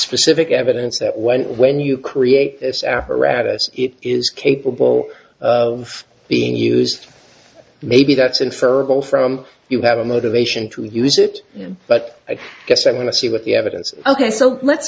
specific evidence that when when you create this apparatus it is capable of being used maybe that's infertile from you have a motivation to use it but i guess i'm going to see what the evidence ok so let's